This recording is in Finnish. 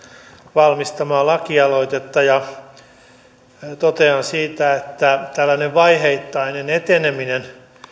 valmistamaa lakialoitetta ja totean siitä että tällainen vaiheittainen eteneminen